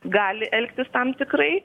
gali elgtis tam tikrai